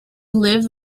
lived